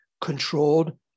controlled